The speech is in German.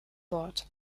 bord